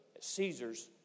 Caesar's